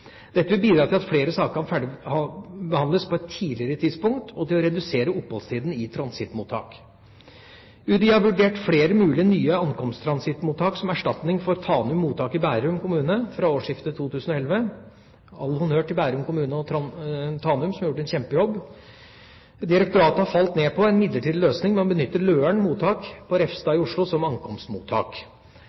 Dette vil bidra til at flere saker kan ferdigbehandles på et tidligere tidspunkt, og til å redusere oppholdstida i transittmottak. UDI har vurdert flere mulige nye ankomsttransittmottak som erstatning for Tanum mottak i Bærum kommune fra årsskiftet 2011 – all honnør til Bærum kommune og Tanum, som har gjort en kjempejobb. Direktoratet har falt ned på en midlertidig løsning med å benytte Løren mottak på Refstad i Oslo som ankomstmottak.